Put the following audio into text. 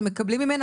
אתם מקבלים ממנה?